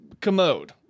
commode